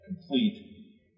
complete